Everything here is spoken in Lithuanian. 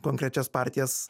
konkrečias partijas